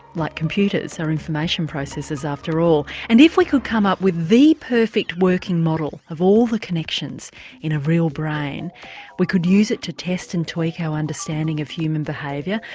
like computers, are information processers after all. and if we could come up with the perfect working model of all the connections in a real brain we could use it to test and tweak our understanding of human behaviour,